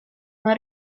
una